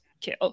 kill